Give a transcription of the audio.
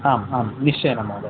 आम् आम् निश्चयेन महोदय